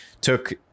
took